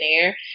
air